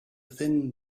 thin